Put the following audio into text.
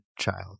child